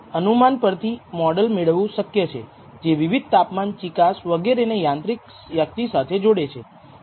અનુમાન પરથી મોડલ મેળવવું શક્ય છે કે જે વિવિધ તાપમાન ચિકાસ વગેરેને યાંત્રિક શક્તિ સાથે જોડે છે